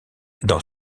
dans